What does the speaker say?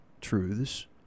truths